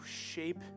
shape